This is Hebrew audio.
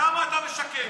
למה אתה משקר?